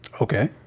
Okay